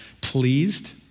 pleased